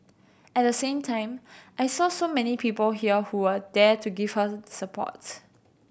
at the same time I saw so many people here who were there to give her support